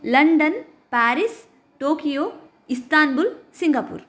London Paris Tokyo Istanbul Singapore